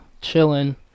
chilling